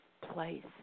place